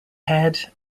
head